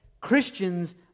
Christians